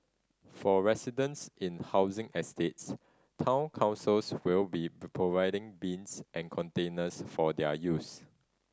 for residents in housing estates town councils will be providing bins and containers for their use